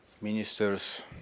Ministers